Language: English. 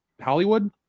Hollywood